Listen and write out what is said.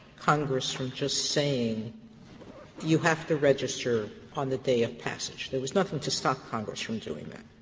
congress from just saying you have to register on the day of passage. there was nothing to stop congress from doing that,